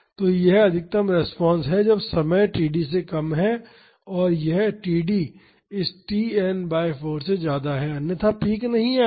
तो यह अधिकतम रिस्पांस है जब समय td से कम है और यह td इस Tn बाई 4 से ज्यादा है अन्यथा पीक नहीं आएगा